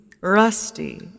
Rusty